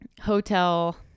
hotel